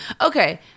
Okay